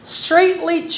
straightly